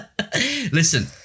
Listen